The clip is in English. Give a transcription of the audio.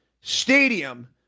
stadium